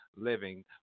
living